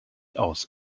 aus